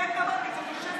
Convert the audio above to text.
אין דבר כזה,